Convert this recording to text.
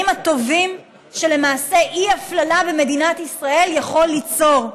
הטובים שלמעשה אי-הפללה במדינת ישראל יכולה ליצור.